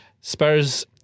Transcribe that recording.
Spurs